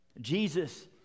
Jesus